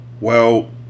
Well